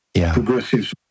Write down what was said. progressive